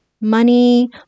money